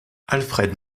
alfred